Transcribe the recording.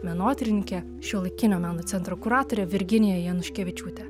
menotyrininkė šiuolaikinio meno centro kuratorė virginija januškevičiūtė